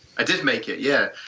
i did make it, yeah!